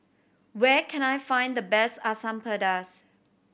where can I find the best Asam Pedas